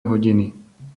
hodiny